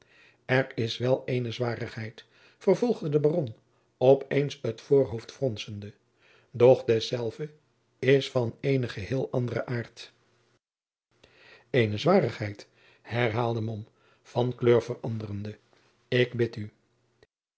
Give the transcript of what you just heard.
er is wel eene zwarigheid vervolgde de baron op eens het voorhoofd fronsende doch dezelve is van eenen geheel anderen aart eene zwarigheid herhaalde mom van kleur veranderende ik bid u